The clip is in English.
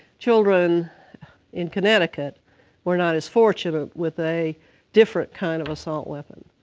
children in connecticut were not as fortunate with a different kind of assault weapon.